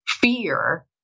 fear